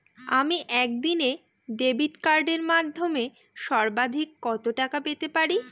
আমি একদিনে ডেবিট কার্ডের মাধ্যমে সর্বাধিক কত টাকা পেতে পারি?